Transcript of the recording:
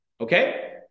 Okay